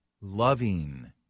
loving